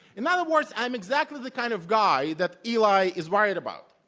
in other words, i'm exactly the kind of guy that eli is worried about.